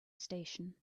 station